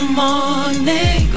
morning